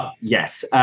yes